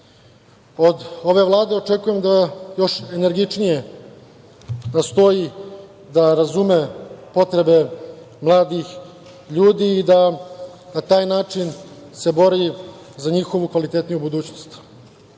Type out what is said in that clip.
ove Vlade očekujem da još energičnije nastoji da razume potrebe mladih ljudi i da na taj način se bori za njihovu kvalitetniju budućnost. Smatram